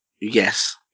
Yes